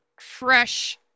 fresh